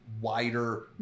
wider